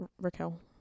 Raquel